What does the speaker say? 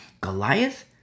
Goliath